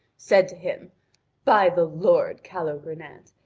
said to him by the lord, calogrenant,